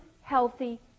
healthy